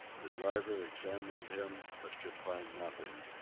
the driver examined him, but could find nothing.